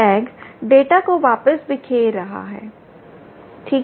tag data को वापस बिखेर रहा है ठीक है